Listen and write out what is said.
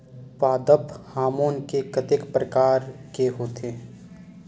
पादप हामोन के कतेक प्रकार के होथे?